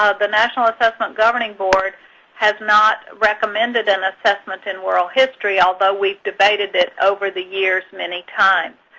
ah the national assessment governing board has not recommended an assessment in world history, although we've debated it over the years many times.